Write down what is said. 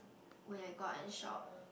when I go out and shop